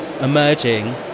emerging